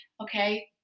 okay